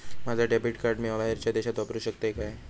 माझा debit card मी बाहेरच्या देशात वापरू शकतय काय?